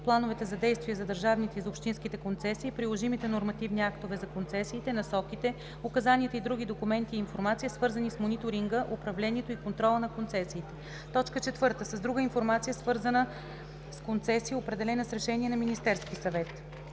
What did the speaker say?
плановете за действие за държавните и за общинските концесии, приложимите нормативни актове за концесиите, насоките, указанията и други документи и информация, свързани с мониторинга, управлението и контрола на концесиите; 4. с друга информация, свързана с концесии, определена с решение на Министерския съвет.